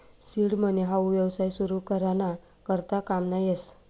seed money हाऊ येवसाय सुरु करा ना करता काममा येस